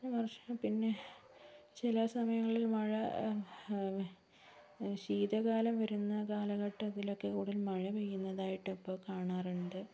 വർഷങ്ങളിൽ പിന്നെ ചില സമയങ്ങളിൽ മഴ ശീതകാലം വരുന്ന കാലഘട്ടത്തിലൊക്കെ ഉടൻ മഴ പെയ്യുന്നതായിട്ട് ഇപ്പോൾ കാണാറുണ്ട്